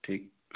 ठीक